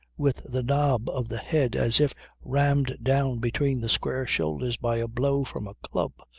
with the knob of the head as if rammed down between the square shoulders by a blow from a club,